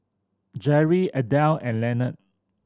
Jerri Adele and Lenard